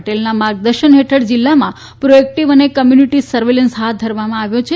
પટેલના માર્ગદર્શન હેઠળ જિલ્લામાં પ્રોએકટીવ અને કોમ્યુનીટી સર્વેલન્સ હાથ ધરવામાં આવ્યો છે